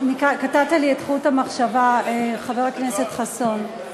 קטעת לי את חוט המחשבה, חבר הכנסת חסון.